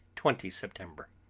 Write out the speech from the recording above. twenty september.